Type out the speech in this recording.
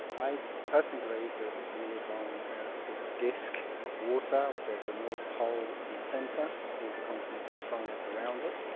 i personally believe that we live on a big disc of water, there's a north pole in the centre and all the continents are strung yeah around it.